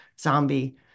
zombie